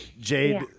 Jade